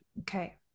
okay